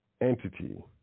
entity